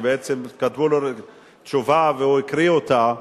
שבעצם כתבו לו תשובה והוא הקריא אותה,